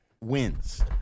wins